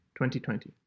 2020